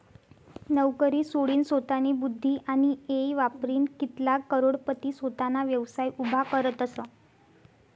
नवकरी सोडीनसोतानी बुध्दी आणि येय वापरीन कित्लाग करोडपती सोताना व्यवसाय उभा करतसं